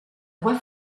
voie